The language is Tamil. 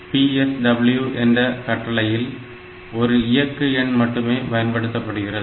PUSH PSW என்ற கட்டளையில் ஒரு இயக்கு எண் மட்டுமே பயன்படுத்தப்படுகிறது